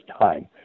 time